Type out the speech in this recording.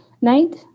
night